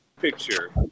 picture